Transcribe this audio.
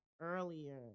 earlier